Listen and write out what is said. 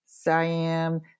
Siam